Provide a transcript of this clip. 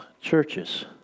churches